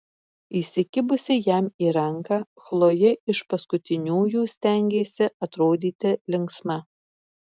įsikibusi jam į ranką chlojė iš paskutiniųjų stengėsi atrodyti linksma